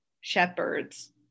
shepherds